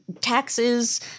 taxes